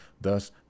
thus